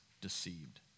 deceived